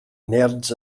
nerds